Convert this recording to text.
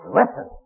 listen